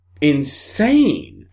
insane